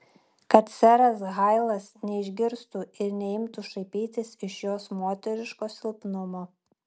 kad seras hailas neišgirstų ir neimtų šaipytis iš jos moteriško silpnumo